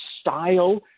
style